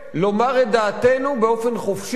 לומר את דעתנו באופן חופשי